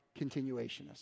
continuationists